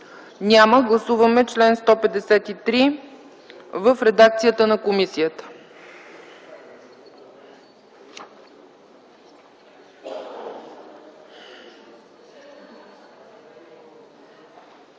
Няма. Гласуваме чл. 153 в редакцията на комисията.